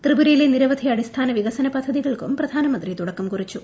ത്രിപുരയിലെ നിരവധി അടിസ്ഥാന വികസന പദ്ധതികൾക്കും പ്രധാനമന്ത്രി തുടക്കം കുറിച്ചു